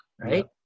right